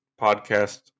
podcast